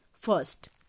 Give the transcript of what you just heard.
First